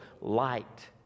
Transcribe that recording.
light